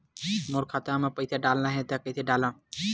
मोर खाता म पईसा डालना हे त कइसे डालव?